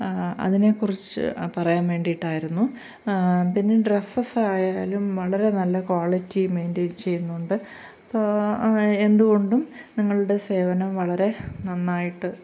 അതിനെ കുറിച്ച് പറയാൻ വേണ്ടിട്ടായിരുന്നു പിന്നെ ഡ്രെസ്സെസ്സായാലും വളരെ നല്ല ക്വാളിറ്റി മെയിൻറ്റെയിൻ ചെയ്യുന്നുണ്ട് എന്ത്കൊണ്ടും നിങ്ങളുടെ സേവനം വളരെ നന്നായിട്ട്